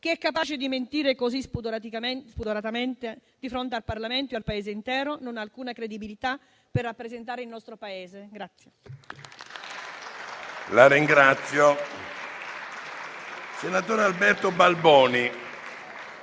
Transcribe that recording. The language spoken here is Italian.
chi è capace di mentire così spudoratamente di fronte al Parlamento e al Paese intero non ha alcuna credibilità per rappresentare il nostro Paese.